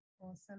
Awesome